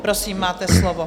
Prosím, máte slovo.